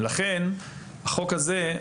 לכן החוק הזה,